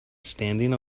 standing